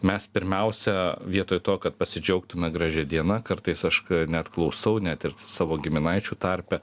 mes pirmiausia vietoj to kad pasidžiaugtume gražia diena kartais aš net klausau net ir savo giminaičių tarpe